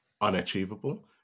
unachievable